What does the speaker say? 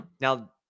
Now